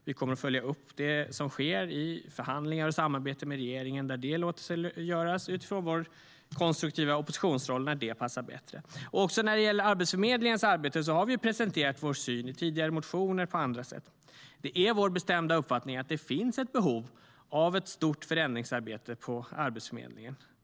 Vi kommer att följa upp det som sker i förhandlingar och i samarbete med regeringen när det låter sig göras och utifrån vår konstruktiva oppositionsroll när det passar bättre. Också när det gäller Arbetsförmedlingens arbete har vi presenterat vår syn i tidigare motioner och på andra sätt. Det är vår bestämda uppfattning att det finns ett behov av ett stort förändringsarbete på Arbetsförmedlingen.